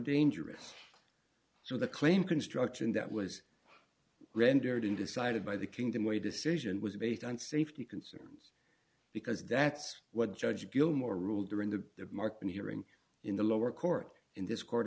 dangerous so the claim construction that was rendered in decided by the kingdom where a decision was based on safety concerns because that's what judge gilmore ruled during the market hearing in the lower court in this court